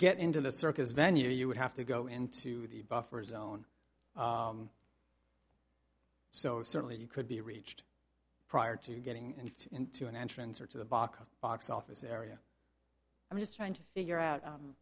get into the circus venue you would have to go into the buffer zone so certainly you could be reached prior to getting into an entrance or to the box box office area i'm just trying to figure out